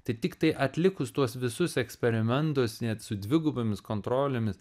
tai tiktai atlikus tuos visus eksperimentus net su dvigubomis kontrolėmis